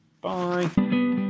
Bye